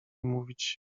mówić